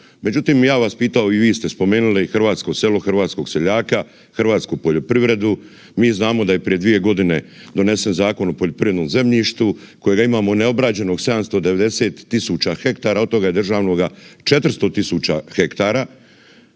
Međutim, ja bi vas pitao i vi ste spomenuli hrvatsko selo, hrvatskog seljaka, hrvatsku poljoprivredu. Mi znamo da je prije 2.g. donesen Zakon o poljoprivrednom zemljištu kojega imamo neobrađenog 790 000 hektara, od toga je državnoga 400 000 hektara,